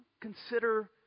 consider